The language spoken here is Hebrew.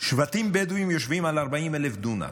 שבטים בדואיים יושבים על 40,000 דונם.